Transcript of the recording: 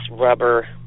rubber